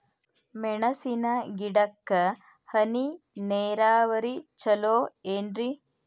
ಮೆಣಸಿನ ಗಿಡಕ್ಕ ಹನಿ ನೇರಾವರಿ ಛಲೋ ಏನ್ರಿ?